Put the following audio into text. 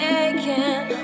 aching